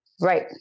Right